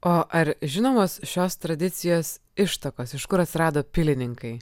o ar žinomos šios tradicijos ištakos iš kur atsirado pilininkai